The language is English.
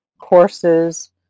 courses